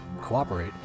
cooperate